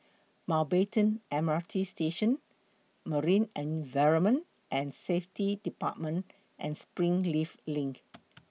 Mountbatten M R T Station Marine Environment and Safety department and Springleaf LINK